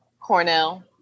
Cornell